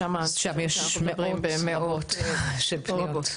שם יש מאות רבות של פניות.